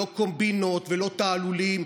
לא קומבינות ולא תעלולים.